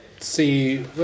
See